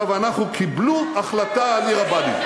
עכשיו אנחנו, קיבלו החלטה על עיר הבה"דים,